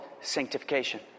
sanctification